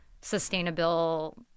sustainable